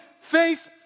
faith